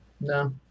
No